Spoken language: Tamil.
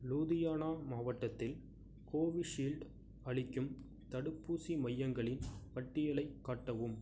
லூதியானா மாவட்டத்தில் கோவிஷீல்டு அளிக்கும் தடுப்பூசி மையங்களின் பட்டியலைக் காட்டவும்